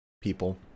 people